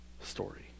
story